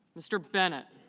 mr. bennett